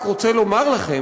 אני רק רוצה לומר לכם,